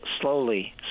slowly